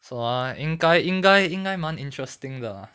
!wah! 应该应该应该满 interesting 的 ah